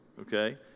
okay